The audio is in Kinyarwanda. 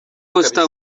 costa